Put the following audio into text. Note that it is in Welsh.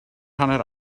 hanner